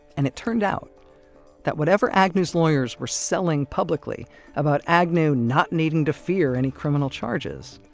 and it turned out that whatever agnew's lawyers were selling publicly about agnew not needing to fear any criminal charges.